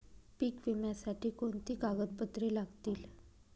पीक विम्यासाठी कोणती कागदपत्रे लागतील?